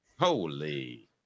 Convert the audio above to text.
holy